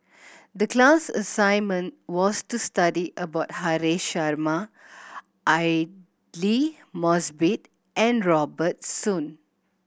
the class assignment was to study about Haresh Sharma Aidli Mosbit and Robert Soon